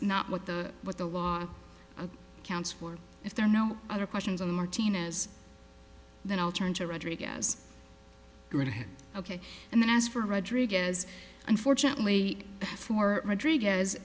not what the what the law counts for if there are no other questions on martina's then i'll turn to rodriguez ok and then as for rodriguez unfortunately for rodriguez